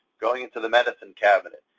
going to the medicine cabinet,